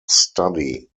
study